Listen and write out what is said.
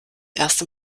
erste